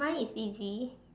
mine is easy